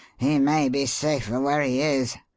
he may be safer where he is.